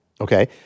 okay